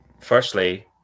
firstly